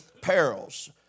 Perils